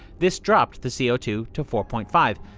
this dropped the c o two to four point five.